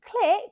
click